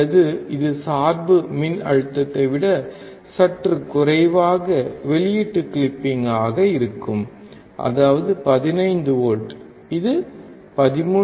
அல்லது இது சார்பு மின்னழுத்தத்தை விட சற்று குறைவாக வெளியீட்டு கிளிப்பாக இருக்கும் அதாவது 15 வோல்ட் இது 13